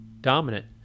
dominant